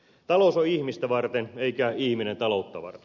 talous on ihmistä varten eikä ihminen taloutta varten